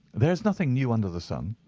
there is nothing new under the sun.